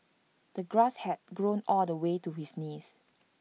the grass had grown all the way to his knees